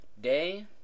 day